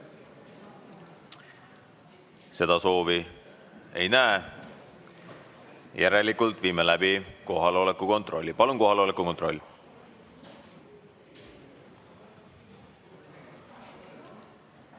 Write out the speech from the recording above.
Seda soovi ei näe. Järelikult viime läbi kohaloleku kontrolli. Palun kohaloleku kontroll.